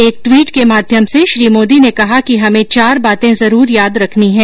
एक ट्वीट के माध्यम से श्री मोदी ने कहा कि हमें चार बातें जरूर याद रखनी है